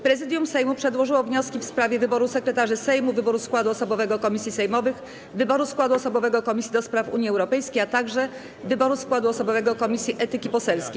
Prezydium Sejmu przedłożyło wnioski w sprawie: wyboru sekretarzy Sejmu, wyboru składów osobowych komisji sejmowych, wyboru składu osobowego Komisji do Spraw Unii Europejskiej, a także wyboru składu osobowego Komisji Etyki Poselskiej.